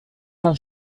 han